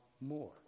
more